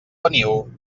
veniu